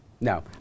No